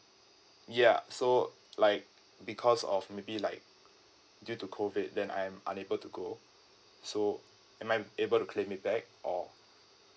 ya so like because of maybe like due to COVID then I'm unable to go so am I able to claim it back or